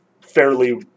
fairly